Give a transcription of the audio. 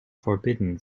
forbidden